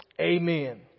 amen